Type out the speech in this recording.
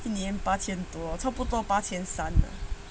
一年八千多差不多八千三